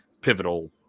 pivotal